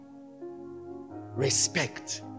respect